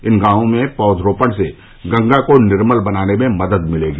इन गॉवों में पौधारोपण से गंगा को निर्मल बनाने में मदद मिलेगी